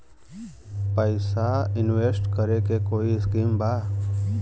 पैसा इंवेस्ट करे के कोई स्कीम बा?